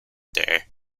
day